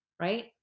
right